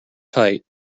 tight